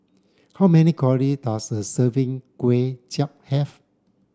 how many calories does a serving Kuay Chap have